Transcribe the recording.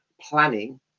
planning